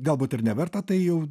galbūt ir neverta tai jau